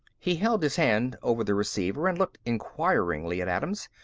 he held his hand over the receiver and looked inquiringly at adams.